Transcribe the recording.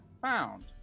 found